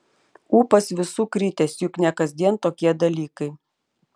ūpas visų kritęs juk ne kasdien tokie dalykai